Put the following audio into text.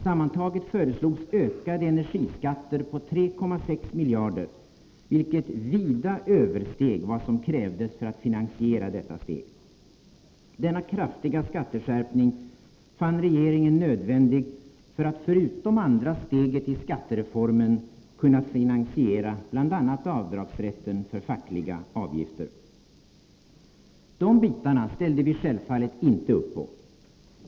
Sammantaget föreslogs ökade energiskatter på 3,6 miljarder, vilket vida översteg vad som krävdes för att finansiera detta steg. Denna kraftiga skatteskärpning fann regeringen nödvändig för att förutom andra steget i skattereformen kunna finansiera bl.a. avdragsrätten för fackliga avgifter. De bitarna ställde vi självfallet inte upp på.